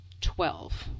Twelve